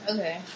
Okay